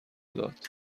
داد